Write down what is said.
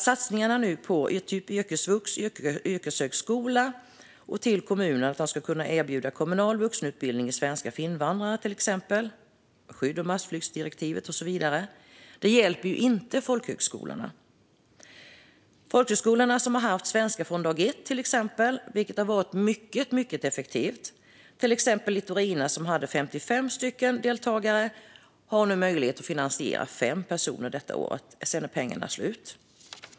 Satsningarna som nu görs på yrkesvux och yrkeshögskola och de medel som tillförs kommunerna för att de ska kunna erbjuda kommunal vuxenutbildning i svenska för invandrare som fått skydd genom massflyktsdirektivet och så vidare hjälper ju inte folkhögskolorna, där exempelvis Svenska från dag ett har varit mycket effektivt men nu fått drastiskt minskade anslag. Till exempel har Litorina, som tidigare hade 55 deltagare på denna kurs, bara möjlighet att finansiera platser för 5 personer detta år. Sedan är pengarna slut.